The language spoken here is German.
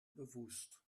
bewusst